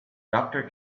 doctor